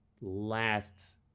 lasts